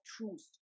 truth